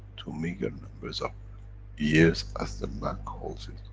to meager numbers of years as the man calls it.